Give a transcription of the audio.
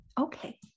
Okay